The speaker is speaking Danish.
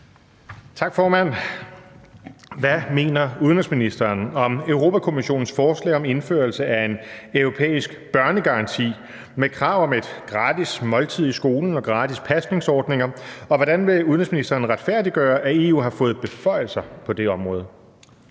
Tak, formand. Hvad mener udenrigsministeren om Europa-Kommissionens forslag om indførelse af en europæisk børnegaranti med krav om et gratis måltid i skolen og gratis pasningsordninger, og hvordan vil udenrigsministeren retfærdiggøre, at EU har fået beføjelse på dette område?